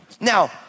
Now